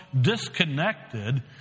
disconnected